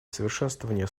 совершенствование